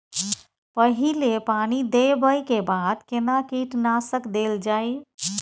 पहिले पानी देबै के बाद केना कीटनासक देल जाय?